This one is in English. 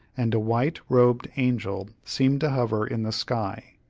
and a white-robed angel seemed to hover in the sky,